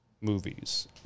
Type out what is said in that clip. movies